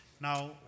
now